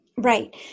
Right